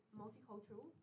multicultural